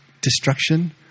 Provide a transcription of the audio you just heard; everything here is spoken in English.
destruction